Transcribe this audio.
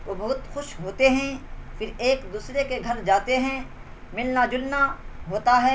وہ بہت خوش ہوتے ہیں پھر ایک دوسرے کے گھر جاتے ہیں ملنا جلنا ہوتا ہے